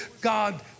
God